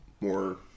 more